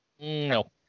No